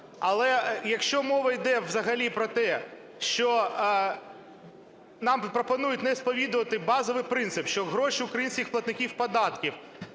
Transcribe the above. Але, якщо мова іде взагалі про те, що нам пропонують не сповідувати базовий принцип, що гроші українських платників податків